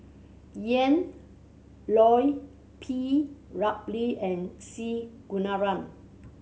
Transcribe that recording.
Ian Loy P Ramlee and C Kunalan